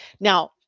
now